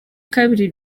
kabiri